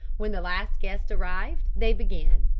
when the last guest arrived they began.